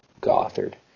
Gothard